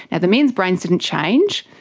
and the men's brains didn't change,